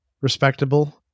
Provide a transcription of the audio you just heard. Respectable